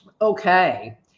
okay